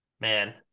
man